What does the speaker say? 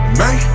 man